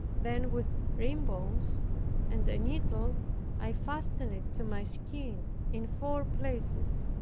then with ribbons and a needle i fastened it to my skin in four places.